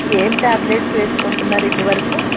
ఏం టాబ్లెట్స్ వేసుకుంటున్నారు ఇదివరకు